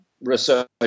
research